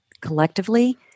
collectively